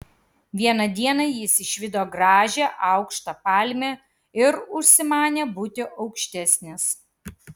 vieną dieną jis išvydo gražią aukštą palmę ir užsimanė būti aukštesnis